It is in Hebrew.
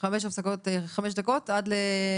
כן, חמש דקות עד ל-09:50.